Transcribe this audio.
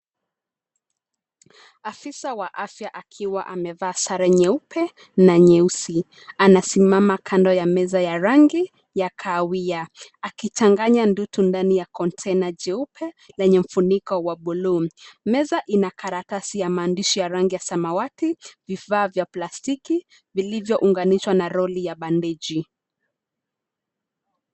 Afisa wa afya akiwa amevaa sare nyeupe, na nyeusi. Anasimama kando ya meza ya rangi ya kahawia, akichanganya vitu ndani ya kontena jeupe lenye ufuniko wa buluu. Meza ina karatasi ya maandishi ya rangi ya samawati. Vifaa vya plastiki vilivyo unganishwa na roli ya bandeji.